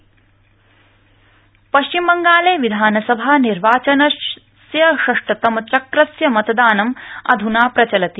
पश्चिमबंगाल मतदान पश्चिम बंगाले विधानसभा निर्वाचनस्य षष्ठतम चक्रस्य मतदानं अध्ना प्रचलति